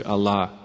Allah